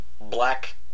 black